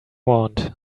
want